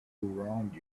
wronged